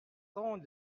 entend